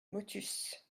motus